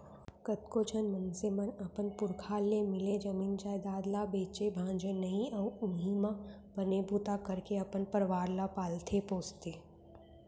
कतको झन मनसे मन अपन पुरखा ले मिले जमीन जयजाद ल बेचय भांजय नइ अउ उहीं म बने बूता करके अपन परवार ल पालथे पोसथे